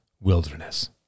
wilderness